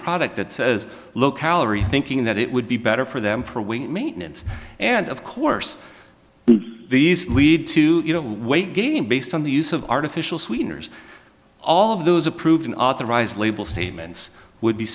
product that says low calorie thinking that it would be better for them for we maintenance and of course these lead to you know weight gain based on the use of artificial sweeteners all of those approved an authorized label statements would be